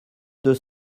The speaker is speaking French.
deux